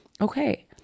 okay